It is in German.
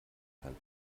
kann